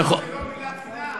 לייבור זה לא מילת גנאי.